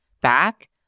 back